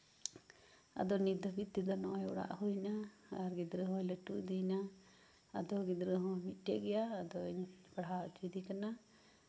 ᱟᱫᱚ ᱱᱤᱛ ᱫᱷᱟᱹᱵᱤᱡ ᱛᱮᱫᱚ ᱱᱚᱜᱼᱚᱭ ᱚᱲᱟᱜ ᱦᱩᱭᱮᱱᱟ ᱟᱫᱚ ᱜᱤᱫᱽᱨᱟᱹ ᱦᱚᱸᱭ ᱞᱟᱹᱴᱩ ᱤᱫᱤᱭᱮᱱᱟ ᱟᱫᱚ ᱜᱤᱫᱽᱨᱟᱹ ᱦᱚᱸᱭ ᱢᱤᱫᱴᱮᱡ ᱜᱮᱭᱟ ᱟᱫᱚᱧ ᱯᱟᱲᱦᱟᱣ ᱦᱚᱪᱚᱭᱮ ᱠᱟᱱᱟ